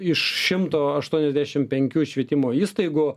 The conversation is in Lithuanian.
iš šimto aštuoniasdešim penkių švietimo įstaigų